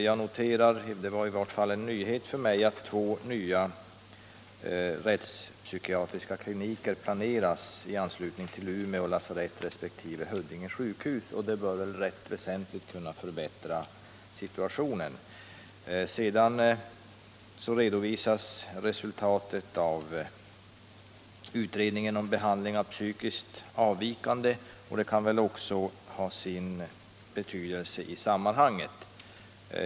Jag noterar — det var i vart fall för mig en nyhet — att två nya rättspsykiatriska kliniker planeras i anslutning till Umeå lasarett resp. Huddinge sjukhus. Det bör rätt väsentligt kunna förbättra situationen. I år redovisas resultatet av utredningen om behandling av psykiskt avvikande. Det kan också ha sin betydelse i sammanhanget.